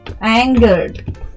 angered